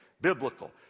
biblical